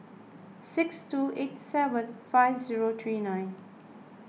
six two eight seven five zero three nine